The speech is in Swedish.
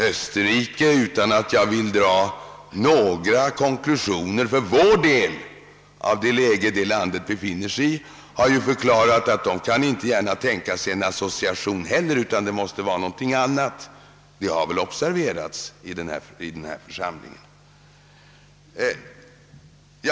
Österrike har ju, utan att jag vill dra några konklusioner för vår del med anledning av det läge detta land befinner sig i, förklarat att det inte heller kan tänka sig en association utan att det måste bli någonting annat, vilket väl också observerats i denna församling. Herr talman!